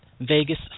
Vegas